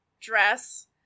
dress